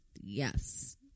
yes